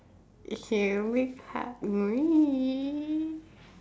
he only hug me